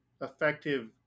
effective